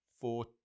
four